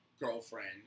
girlfriend